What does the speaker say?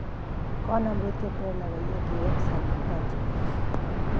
कोन अमरुद के पेड़ लगइयै कि एक साल में पर जाएं?